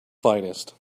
finest